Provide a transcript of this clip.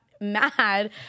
mad